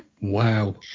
Wow